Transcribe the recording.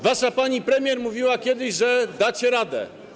Wasza pani premier mówiła kiedyś, że dacie radę.